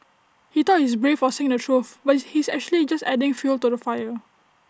he thought he's brave for saying the truth but is he's actually just adding fuel to the fire